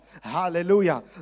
Hallelujah